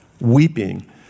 weeping